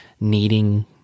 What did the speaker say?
needing